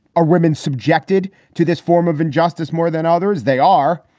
are women subjected to this form of injustice more than others? they are.